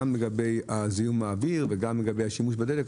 גם לגבי זיהום האוויר וגם לגבי השימוש בדלק,